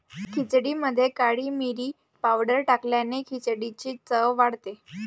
खिचडीमध्ये काळी मिरी पावडर टाकल्याने खिचडीची चव वाढते